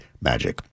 magic